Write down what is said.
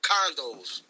Condos